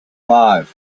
five